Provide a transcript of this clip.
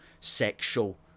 sexual